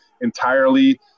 entirely